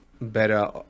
better